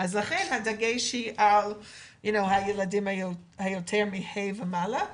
לכן הדגש הוא על הילדים מכיתה ה' ומעלה,